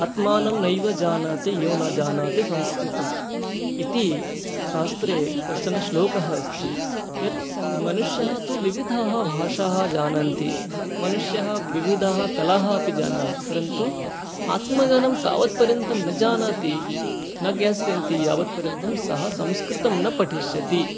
आत्मानं नैव जानाति यो न जानाति संस्कृतम् इति शास्त्रे कश्चन श्लोकः अस्ति यत् मनुष्यः तु विविधाः भाषाः जानन्ति मनुष्यः विविधाः कलाः अपि जानन्ति परन्तु आत्मज्ञानं तावत् पर्यन्तं न जानाति न ज्ञास्यन्ति यावत् पर्यन्तं सः संस्कृतं न पठिष्यति